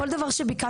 כל דבר שביקשתם,